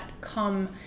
come